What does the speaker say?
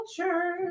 Culture